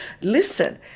listen